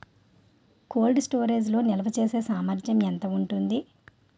Cold storage లో నిల్వచేసేసామర్థ్యం ఎంత ఉంటుంది?